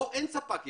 פה אין ספק יחיד,